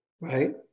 right